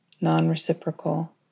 non-reciprocal